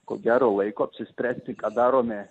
ko gero laiko apsispręsti ką darome